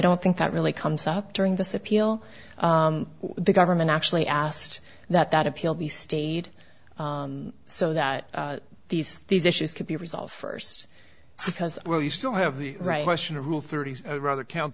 don't think that really comes up during this appeal the government actually asked that that appeal be stayed so that these these issues could be resolved first because well you still have the right question of rule thirty rather count